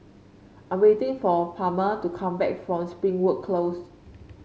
I'm waiting for Palma to come back from Springwood Close